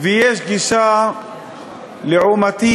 ויש גישה לעומתית,